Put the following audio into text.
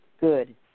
good